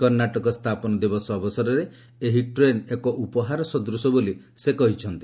କର୍ଣ୍ଣାଟକ ସ୍ଥାପନ ଦିବସ ଅବସରରେ ଏହି ଟେନ୍ ଏକ ଉପହାର ସଦୃଶ ବୋଲି ସେ କହିଛନ୍ତି